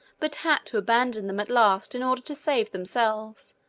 but had to abandon them at last in order to save themselves,